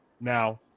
Now